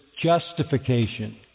justification